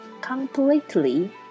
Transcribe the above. completely